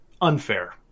unfair